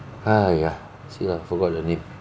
!aiya! see lah forgot the name